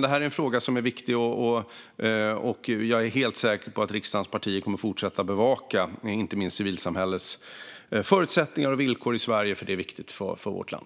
Det här är en fråga som är viktig. Jag är helt säker på att riksdagens partier kommer att fortsätta att bevaka den. Det handlar inte minst om civilsamhällets förutsättningar och villkor i Sverige. Det är viktigt för vårt land.